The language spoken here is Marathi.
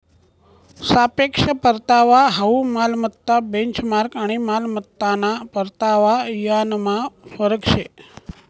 सापेक्ष परतावा हाउ मालमत्ता बेंचमार्क आणि मालमत्ताना परतावा यानमा फरक शे